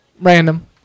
Random